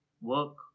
work